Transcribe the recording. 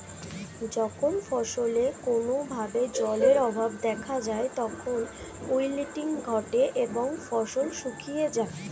যখন ফসলে কোনো ভাবে জলের অভাব দেখা যায় তখন উইল্টিং ঘটে এবং ফসল শুকিয়ে যায়